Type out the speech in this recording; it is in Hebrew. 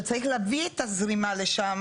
שצריך להביא את הזרימה לשם,